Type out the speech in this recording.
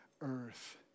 earth